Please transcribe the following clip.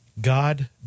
God